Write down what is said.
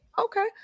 Okay